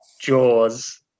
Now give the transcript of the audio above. Jaws